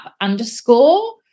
underscore